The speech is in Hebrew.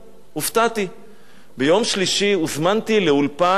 ביום שלישי הוזמנתי לאולפן של ערוץ הכנסת,